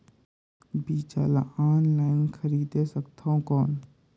बीजा ला ऑनलाइन खरीदे सकथव कौन?